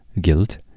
guilt